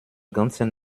ganzen